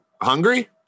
hungry